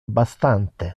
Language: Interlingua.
bastante